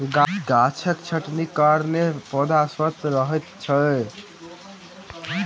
गाछक छटनीक कारणेँ पौधा स्वस्थ रहैत अछि